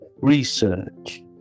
research